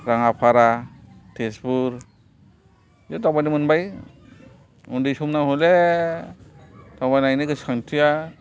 राङापारा तेजपुर बाव दावबायनो मोनबाय उन्दै समाव हले दावबायनायनि गोसोखांथिया